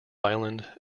island